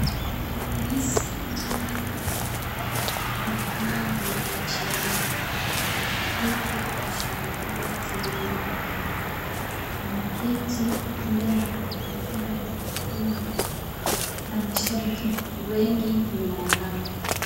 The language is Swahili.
Rais wa jamhuri ya Kenya, amevalia nguo ya mchezo ya Kenya huku akishabikia timu ya Kenya. Wameketi pia na kando yake Raila Odinga na mashabiki wengi nyuma yao.